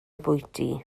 bwyty